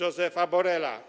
Josepa Borrella.